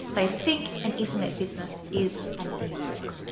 they think an internet business is an ebook.